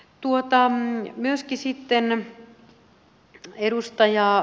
nyt siihen tuodaan muutosta